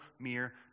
mere